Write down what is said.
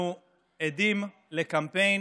אנחנו עדים לקמפיין